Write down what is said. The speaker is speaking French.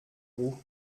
roux